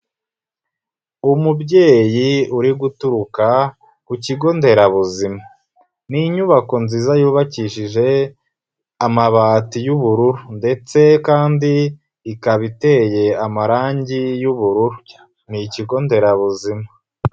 Umubyeyi uri guturuka ku kigo nderabuzima. Ni inyubako nziza yubakishije amabati y'ubururu ndetse kandi ikaba iteye amarangi y'ubururu. Ni ikigo nderabuzima.